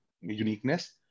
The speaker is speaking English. uniqueness